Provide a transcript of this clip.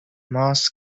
mass